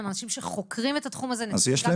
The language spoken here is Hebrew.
הם אנשים שחוקרים את התחום הזה --- אז יש להם